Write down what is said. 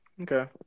Okay